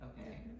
Okay